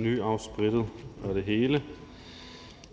nyafsprittet og det hele.